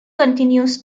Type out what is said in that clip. continues